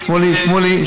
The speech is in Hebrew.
שמולי,